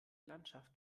landschaft